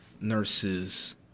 Nurses